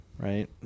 Right